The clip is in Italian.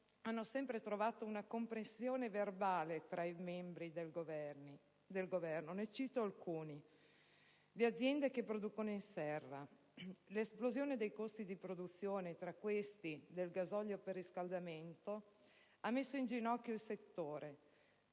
hanno sempre trovato una comprensione verbale tra i membri del Governo. Ne cito alcune. In merito alle aziende che producono in serra, l'esplosione dei costi di produzione e, tra questi, del gasolio per il riscaldamento, ha messo in ginocchio il settore.